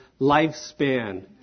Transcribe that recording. lifespan